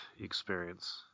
experience